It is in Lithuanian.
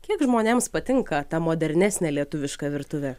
kiek žmonėms patinka ta modernesnė lietuviška virtuvė